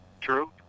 True